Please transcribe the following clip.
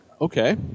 Okay